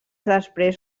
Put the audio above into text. després